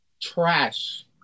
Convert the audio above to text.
Trash